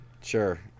Sure